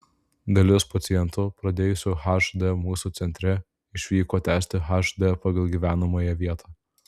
dalis pacientų pradėjusių hd mūsų centre išvyko tęsti hd pagal gyvenamąją vietą